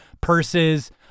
purses